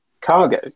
cargo